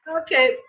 okay